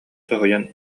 соһуйан